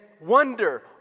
wonder